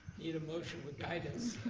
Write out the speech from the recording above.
need a motion with guidance.